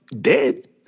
dead